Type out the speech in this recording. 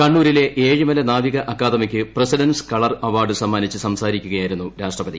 കണ്ണൂരിലെ ഏഴിമല നാവിക അക്കാദമിക്ക് പ്രസിഡന്റസ് കളർ അവാർഡ് സമ്മാനിച്ച് സംസാരിക്കുകയായിരുന്നു രാഷ്ട്രപതി